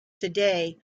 today